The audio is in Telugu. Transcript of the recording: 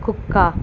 కుక్క